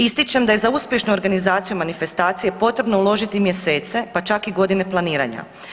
Ističem da je uspješnu organizaciju manifestacije potrebno uložiti mjesece pa čak i godine planiranja.